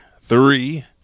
three